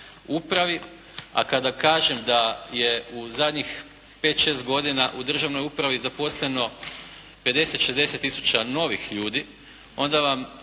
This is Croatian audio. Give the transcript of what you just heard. upravi, a kada kažem da je u zadnjih 5, 6 godina u državnoj upravi zaposleno 50, 60 tisuća novih ljudi, onda vam